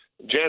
Jan